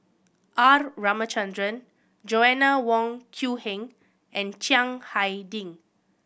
R Ramachandran Joanna Wong Quee Heng and Chiang Hai Ding